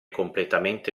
completamente